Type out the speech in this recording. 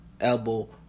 elbow